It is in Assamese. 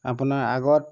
আপোনাৰ আগত